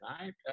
right